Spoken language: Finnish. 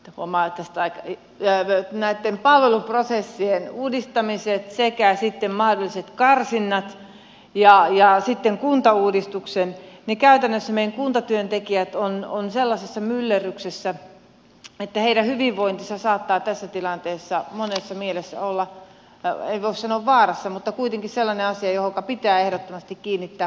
tomaatti esimerkiksi nämä meidän palveluprosessien uudistamiset sekä mahdolliset karsinnat ja sitten kuntauudistuksen niin käytännössä meidän kuntatyöntekijät ovat sellaisessa myllerryksessä että heidän hyvinvointinsa saattaa tässä tilanteessa monessa mielessä olla ei voi sanoa että vaarassa mutta kuitenkin sellainen asia johonka pitää ehdottomasti kiinnittää huomiota